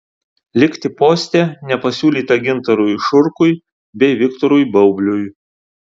likti poste nepasiūlyta gintarui šurkui bei viktorui baubliui